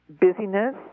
busyness